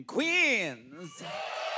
Queens